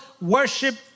worship